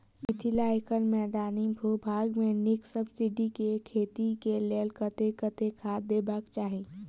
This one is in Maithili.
मिथिला एखन मैदानी भूभाग मे नीक स्टीबिया केँ खेती केँ लेल कतेक कतेक खाद देबाक चाहि?